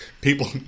people